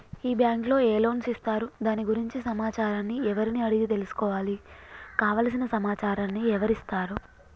ఈ బ్యాంకులో ఏ లోన్స్ ఇస్తారు దాని గురించి సమాచారాన్ని ఎవరిని అడిగి తెలుసుకోవాలి? కావలసిన సమాచారాన్ని ఎవరిస్తారు?